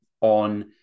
on